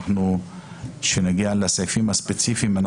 כשנגיע לסעיפים הספציפיים,